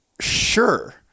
sure